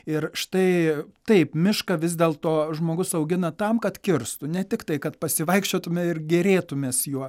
ir štai taip mišką vis dėl to žmogus augina tam kad kirstų ne tiktai kad pasivaikščiotume ir gėrėtumės juo